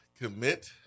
commit